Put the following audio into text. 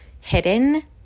hidden